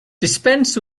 dispense